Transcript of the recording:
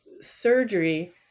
surgery